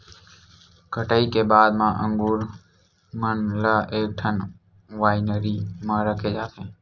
कटई के बाद म अंगुर मन ल एकठन वाइनरी म रखे जाथे